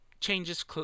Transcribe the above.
changes